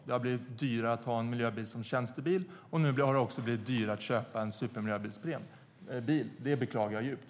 Det har blivit dyrare att ha en miljöbil som tjänstebil, och nu har det också blivit dyrare att köpa en supermiljöbil. Det beklagar jag djupt.